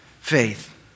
faith